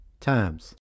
times